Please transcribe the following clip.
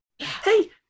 Hey